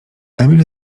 emil